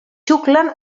xuclen